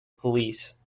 police